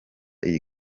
iyi